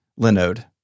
Linode